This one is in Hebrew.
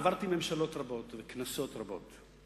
עברתי ממשלות רבות וכנסות רבות.